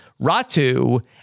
Ratu